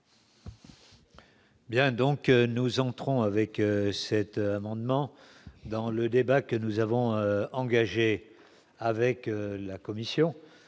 Bien donc nous entrons avec cet amendement dans le débat que nous avons engagée avec la commission